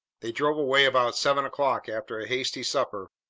they drove away about seven o'clock after a hasty supper,